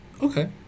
Okay